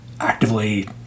actively